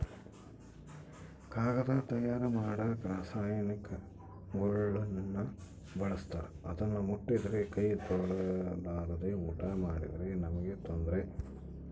ಕಾಗದ ತಯಾರ ಮಾಡಕ ರಾಸಾಯನಿಕಗುಳ್ನ ಬಳಸ್ತಾರ ಅದನ್ನ ಮುಟ್ಟಿದ್ರೆ ಕೈ ತೊಳೆರ್ಲಾದೆ ಊಟ ಮಾಡಿದ್ರೆ ನಮ್ಗೆ ತೊಂದ್ರೆ